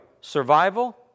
Survival